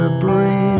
breathe